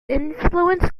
influenced